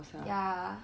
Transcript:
ya